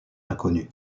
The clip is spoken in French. inconnue